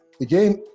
Again